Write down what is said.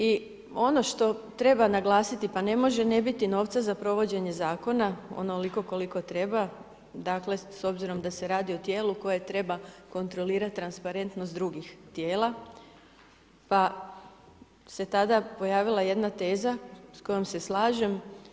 I ono što treba naglasiti, pa ne može ne biti novca za provođenje zakona onoliko koliko treba, dakle, s obzirom da se radi o tijelu koje treba kontrolirati transparentnost drugih tijela, pa se tada pojavila jedna teza s kojom se slažem.